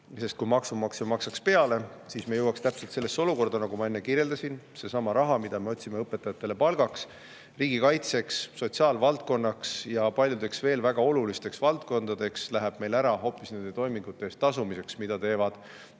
Kui maksumaksja maksaks peale, siis me jõuaks täpselt sellisesse olukorda, nagu ma enne kirjeldasin: seesama raha, mida me otsime õpetajatele palgaks, riigikaitseks, sotsiaalvaldkonda ja paljudesse veel väga olulistesse valdkondadesse, läheks meil ära hoopis nende toimingute eest tasumiseks, mida teeb